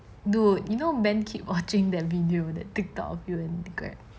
dude you know ben keep watching the video that TikTok of you and greg